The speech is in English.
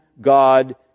God